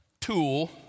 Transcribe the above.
tool